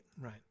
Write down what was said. Right